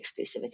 exclusivity